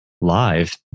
live